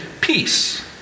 peace